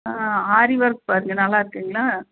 ஆரி work பாருங்கள் நல்லா இருக்குங்களா